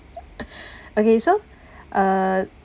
okay so uh